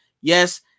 Yes